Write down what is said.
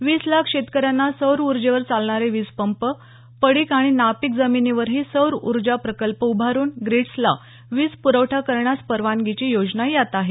वीस लाख शेतकऱ्यांना सौर उर्जेवर चालणारे वीज पंप पडिक आणि नापिक जमिनीवरही सौर ऊर्जा प्रकल्प उभारून ग्रीडसला वीज प्रवठा करण्यास परवानगीची योजना यात आहे